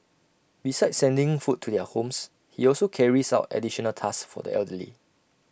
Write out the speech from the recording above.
besides sending food to their homes he also carries out additional tasks for the elderly